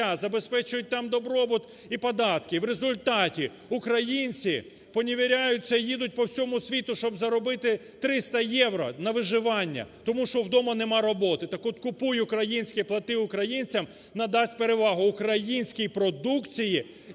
забезпечують там добробут і податки, в результаті українці поневіряються, їдуть по всьому світу, щоб заробити 300 євро на виживання, тому що вдома нема роботи. Так от "Купуй українське, плати українцям" надасть перевагу українській продукції